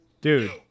dude